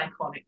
iconic